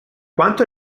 quanto